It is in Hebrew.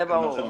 זה ברור,